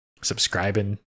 Subscribing